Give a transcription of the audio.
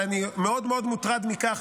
אבל אני מאוד מאוד מוטרד מכך,